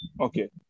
Okay